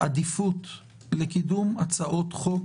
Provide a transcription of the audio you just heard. עדיפות לקידום הצעות חוק